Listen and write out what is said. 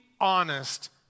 honest